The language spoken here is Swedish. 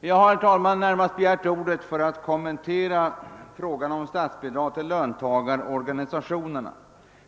Jag har emellertid närmast begärt ordet för att kommentera frågan om statsbidrag till löntagarorganisationerna.